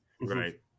Right